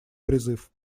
призыв